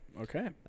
Okay